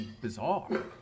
bizarre